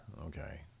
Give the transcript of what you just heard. okay